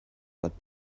what